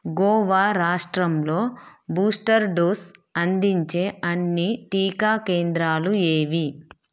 గోవా రాష్ట్రంలో booster dose అందించే అన్ని టీకా కేంద్రాలు ఏవి